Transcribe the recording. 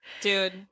Dude